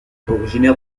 originaire